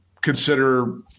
consider